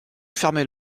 fermer